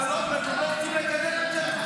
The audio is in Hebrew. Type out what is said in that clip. אתם לא רוצים לקדם את זה?